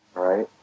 right?